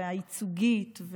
הייצוגית,